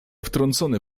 wtrącony